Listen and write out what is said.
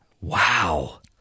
wow